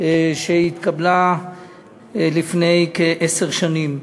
שהתקבלה לפני כעשר שנים,